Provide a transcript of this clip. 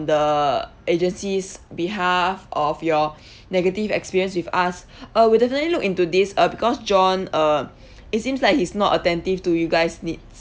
the agency's behalf of your negative experience with us uh we'll definitely look into this uh because john um it seems like he's not attentive to you guys' needs